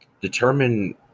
determine